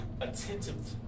attentive